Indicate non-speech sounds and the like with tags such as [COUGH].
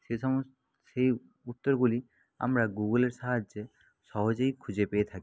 সেই [UNINTELLIGIBLE] সেই উত্তরগুলি আমরা গুগলের সাহায্যে সহজেই খুঁজে পেয়ে থাকি